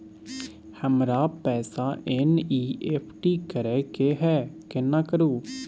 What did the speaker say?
हमरा पैसा एन.ई.एफ.टी करे के है केना करू?